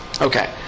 Okay